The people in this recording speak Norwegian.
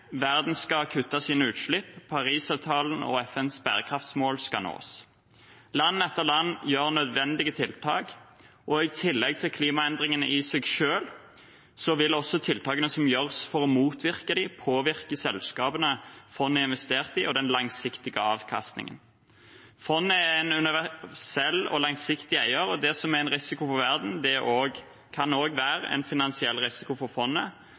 verden skal kutte sine utslipp, Parisavtalen og FNs bærekraftsmål skal nås. Land etter land gjør nødvendige tiltak, og i tillegg til klimaendringene i seg selv vil også tiltakene som gjøres for å motvirke dem, påvirke selskapene fondet har investert i, og den langsiktige avkastningen. Fondet er en universell og langsiktig eier, og det som er en risiko for verden, kan også være en finansiell risiko for fondet. Pandemien har for alvor bekreftet det. Derfor er det bra at fondet